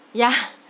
yeah